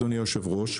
אדוני היושב-ראש,